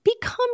become